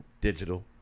digital